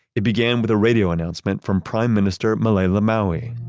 it began with a radio announcement from prime minister malielegaoi